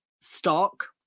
stock